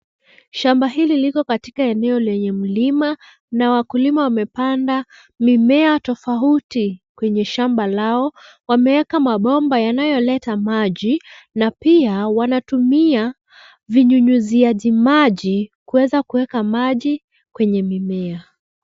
Shamba hili liko katika eneo lenye mlima na wakulima wamepanda mimea tofauti kwenye shamba lao. Wameeka mabomba yanayoleta maji na pia wanatumia vinyunyuziaji maji kuweza kuweka maji kwenye mimea.